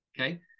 Okay